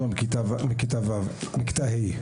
כבר מכיתה ה'.